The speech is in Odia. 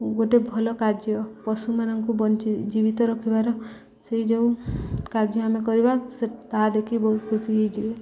ଗୋଟେ ଭଲ କାର୍ଯ୍ୟ ପଶୁମାନଙ୍କୁ ବଞ୍ଚେଇ ଜୀବିତ ରଖିବାର ସେଇ ଯେଉଁ କାର୍ଯ୍ୟ ଆମେ କରିବା ସେ ତାହା ଦେଖି ବହୁତ ଖୁସି ହୋଇଯିବେ